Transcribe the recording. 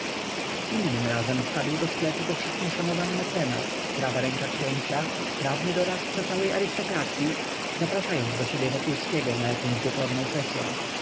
innym razem wpadł do sklepu powszechnie szanowany mecenas prawa ręka księcia prawny doradca całej arystokracyi zapraszając do siebie wokulskiego na jakąś wieczorną sesyą